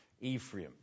Ephraim